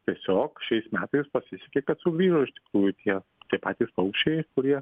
tiesiog šiais metais pasisekė kad sugrįžo iš tikrųjų tie tie patys paukščiai kurie